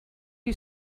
you